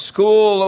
School